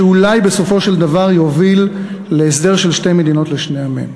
שאולי בסופו של דבר יוביל להסדר של שתי מדינות לשני עמים.